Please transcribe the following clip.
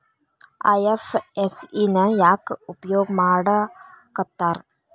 IFSC ನ ಯಾಕ್ ಉಪಯೊಗ್ ಮಾಡಾಕತ್ತಾರ?